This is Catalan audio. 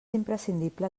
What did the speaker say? imprescindible